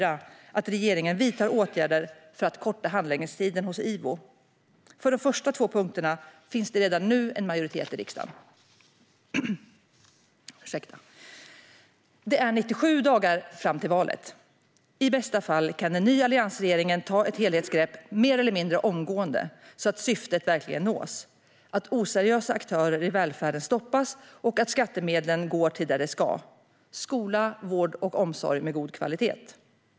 Att regeringen vidtar åtgärder för att korta handläggningstiderna hos IVO. För de första två punkterna finns det redan nu en majoritet i riksdagen. Det är 97 dagar fram till valet. I bästa fall kan en ny alliansregering ta ett helhetsgrepp mer eller mindre omgående, så att syftet verkligen nås: att oseriösa aktörer i välfärden stoppas och att skattemedlen går till det de ska: skola, vård och omsorg med god kvalitet.